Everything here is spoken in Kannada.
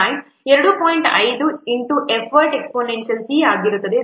5 effortc ಆಗಿರುತ್ತದೆ c ಕನ್ಸ್ಟಂಟ್ ಆಗಿದೆ